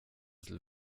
till